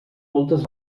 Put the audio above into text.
moltes